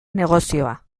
negozioa